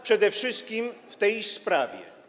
Przede wszystkim w tej sprawie.